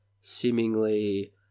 seemingly